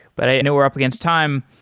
but i know we're up against time.